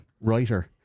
writer